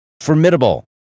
Formidable